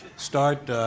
start